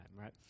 right